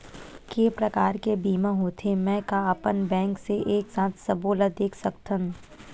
के प्रकार के बीमा होथे मै का अपन बैंक से एक साथ सबो ला देख सकथन?